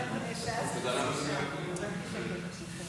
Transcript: תודה רבה, אדוני היושב-ראש.